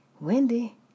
Wendy